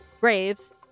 Graves